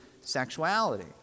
sexuality